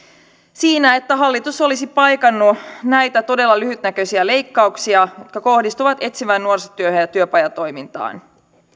siinä että hallitus olisi paikannut näitä todella lyhytnäköisiä leikkauksia jotka kohdistuvat etsivään nuorisotyöhön ja työpajatoimintaan